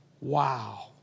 Wow